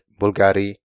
Bulgari